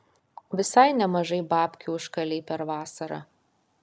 visai nemažai babkių užkalei per vasarą